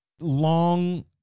long